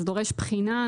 זה דורש בחינה.